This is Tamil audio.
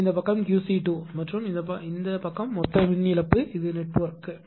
எனவே இந்த பக்கம் QC2 மற்றும் இந்த பக்கம் மொத்த மின் இழப்பு இது நெட்வொர்க்க